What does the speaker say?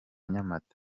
nyamata